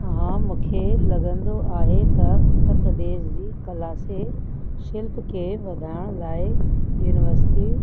हा मूंखे लॻंदो आहे त उत्तर प्रदेश जी कला से शिल्प खे वधाइण लाइ यूनिवर्सटियूं